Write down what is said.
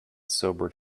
sobered